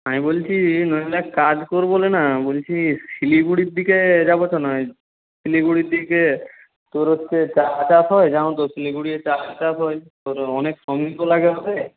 আমি বলছি নইলে এক কাজ করবো লে না বলছি শিলিগুড়ির দিকে যাবো চ নায় শিলিগুড়ির দিকে তোর হচ্ছে চা চাষ হয় জানো তো শিলিগুড়ি চা চাষ হয় তো তো অনেক শ্রমিকও লাগে ওখানে